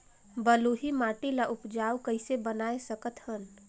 बलुही माटी ल उपजाऊ कइसे बनाय सकत हन?